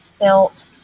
built